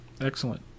Excellent